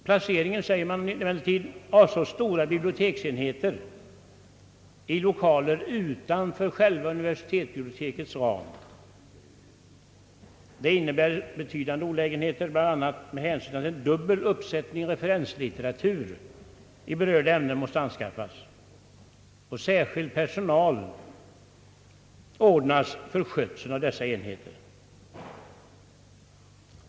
Placeringen av så stora biblioteksenheter i lokaler utanför själva universitetsbibliotekets ram innebär betydande olägenheter bl.a. med hänsyn till att dubbel uppsättning referenslitteratur i berörda ämnen måste anskaffas och särskild personal anställas för skötseln av dessa enheter.